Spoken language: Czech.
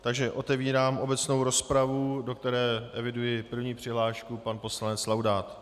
Takže otevírám obecnou rozpravu, do které eviduji první přihlášku pan poslanec Laudát.